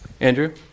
Andrew